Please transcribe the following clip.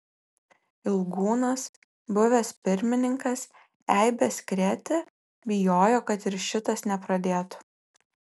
ilgūnas buvęs pirmininkas eibes krėtė bijojo kad ir šitas nepradėtų